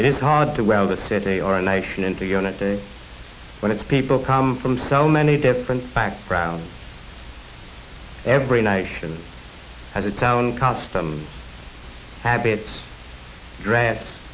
it is hard to run the city or a nation into unit dates when its people come from so many different backgrounds every nation has a town customs habits drafts